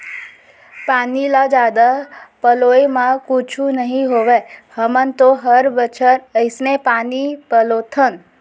पानी ल जादा पलोय म कुछु नइ होवय हमन तो हर बछर अइसने पानी पलोथन